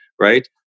right